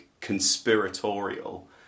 conspiratorial